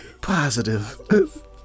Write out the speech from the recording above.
positive